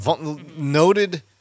noted